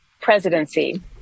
presidency